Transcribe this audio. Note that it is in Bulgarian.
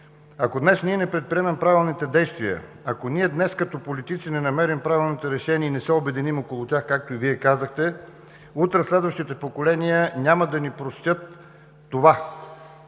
Ако днес ние не предприемем правилните действия, ако днес ние като политици не намерим правилните решения и не се обединим около тях, както и Вие казахте, утре следващите поколения няма да ни простят това.